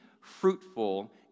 fruitful